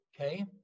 okay